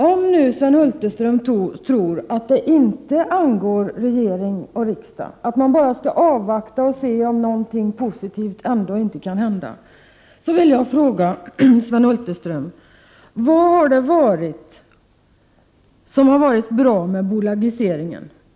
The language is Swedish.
Om nu Sven Hulterström tror att det inte angår regering och riksdag, att man bara kan avvakta och se om någonting positivt ändå inte kan hända, vill jag fråga: Vad är det som varit bra med bolagiseringen?